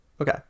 Okay